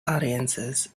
audiences